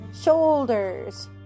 Shoulders